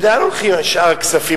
ולאן הולכים שאר הכספים?